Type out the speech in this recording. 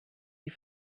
sie